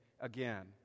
again